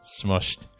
smushed